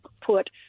put